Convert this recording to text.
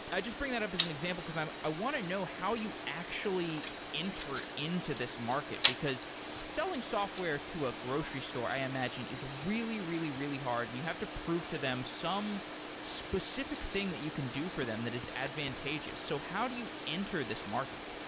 i just bring that up as an example, because i want to know how you actually enter into this market, because selling software to a grocery store, i imagine, is really, really, really hard and you have to prove to them some specific thing that you can do for them that is advantageous. so how do you enter this market?